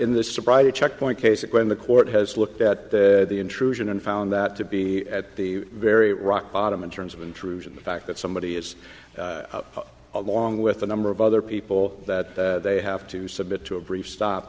in this sobriety checkpoint cases when the court has looked at the intrusion and found that to be at the very rock bottom in terms of intrusion the fact that somebody is along with a number of other people that they have to submit to a brief stop